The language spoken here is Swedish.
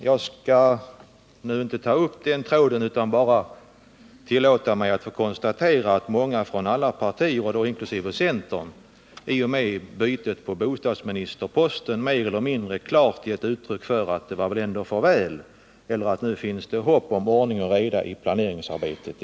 Jag skall inte ta upp den tråden utan bara tillåta mig att konstatera att många från alla partier, inkl. centern, efter bytet på bostadsministerposten mer eller mindre klart gett uttryck för att det på nytt finns hopp om ordning och reda i planeringsarbetet.